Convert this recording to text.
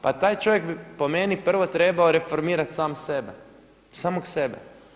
Pa taj čovjek po meni prvo trebao reformirati sam sebe, samog sebe.